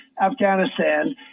Afghanistan